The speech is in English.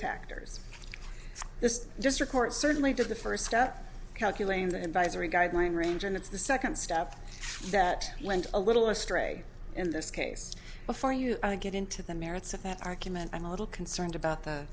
factors this just record certainly did the first step calculating the advisory guideline range and it's the second stuff that went a little astray in this case before you get into the merits of that argument i'm a little concerned about the